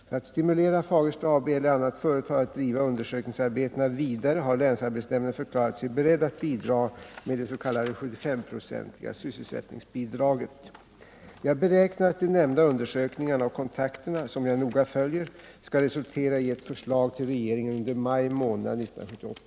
För att stimulera Fagersta AB eller annat företag att driva undersökningsarbetena vidare har länsarbetsnämnden förklarat sig beredd att bidraga med det s.k. 75-procentiga sysselsättningsbidraget. Jag beräknar att de nämnda undersökningarna och kontakterna, som jag noga följer, skall resultera i ett förslag till regeringen under maj månad 1978.